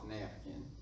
napkin